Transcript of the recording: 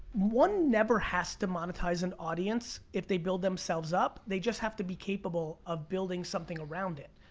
one never has to monetize an audience, if they build themselves up, they just have to be capable of building something around it.